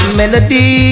melody